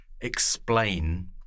explain